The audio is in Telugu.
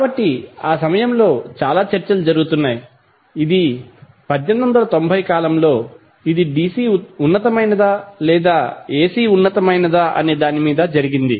కాబట్టి ఆ సమయంలో చాలా చర్చలు జరుగుతున్నాయి ఇది 1890 కాలంలో ఇది DC ఉన్నతమైనదా లేదా AC ఉన్నతమైనదా అనేదాని మీద జరిగింది